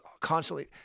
constantly